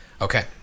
okay